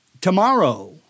tomorrow